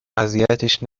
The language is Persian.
اذیتش